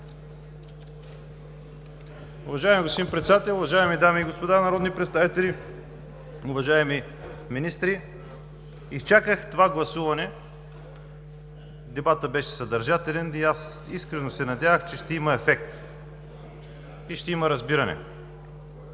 Уважаеми господин Председател, уважаеми дами и господа народни представители, уважаеми министри! Изчаках това гласуване, дебатът беше съдържателен и аз искрено се надявах, че ще има ефект и ще има разбиране.